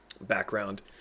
background